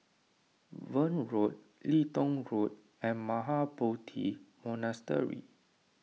Verde Road Leedon Road and Mahabodhi Monastery